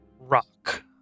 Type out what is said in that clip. rock